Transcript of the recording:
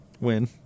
win